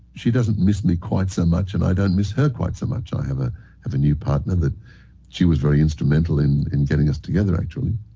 she doesn't miss me quite so much and i don't miss her quite so much. i have ah have a new partner where she was very instrumental in in getting us together, actually,